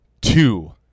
Two